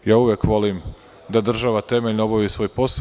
Ja uvek volim da država temeljno obavi svoj posao.